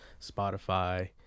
Spotify